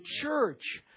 church